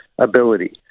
ability